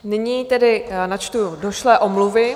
Nyní tedy načtu došlé omluvy.